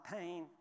pain